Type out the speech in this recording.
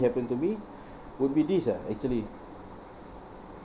happen to be would be this ah actually